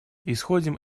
исходим